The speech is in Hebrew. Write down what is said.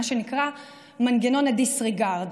מה שנקרא מנגנון הדיסרגרד,